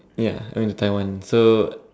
ya I went to Taiwan so